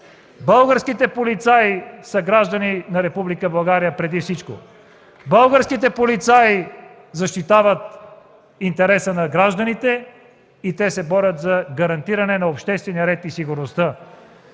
Българските полицаи са граждани на Република България преди всичко! Българските полицаи защитават интереса на гражданите и се борят за гарантиране на обществения ред и сигурността.